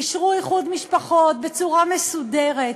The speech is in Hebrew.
אישרו איחוד משפחות בצורה מסודרת.